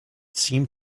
seemed